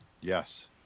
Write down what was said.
Yes